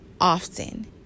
often